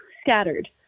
scattered